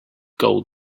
gold